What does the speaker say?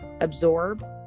absorb